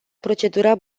procedura